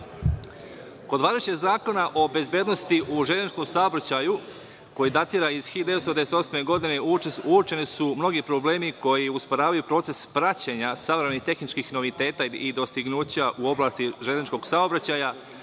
kod važećeg Zakona o bezbednosti u železničkom saobraćaju, koji datira iz 1998. godine, uočeni su mnogi problemi koji usporavaju proces praćenja savremenih tehničkih noviteta i dostignuća u oblasti železničkog saobraćaja,